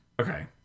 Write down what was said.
okay